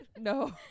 no